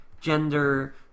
gender